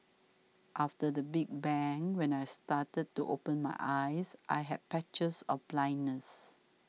after the big bang when I started to open my eyes I had patches of blindness